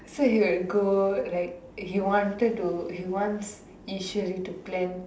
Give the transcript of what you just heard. so he will go like he wanted to he wants issue they to plan